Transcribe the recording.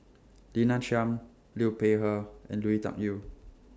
Lina Chiam Liu Peihe and Lui Tuck Yew